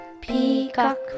Peacock